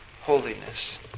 holiness